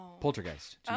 Poltergeist